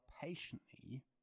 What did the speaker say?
patiently